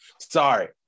Sorry